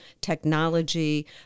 technology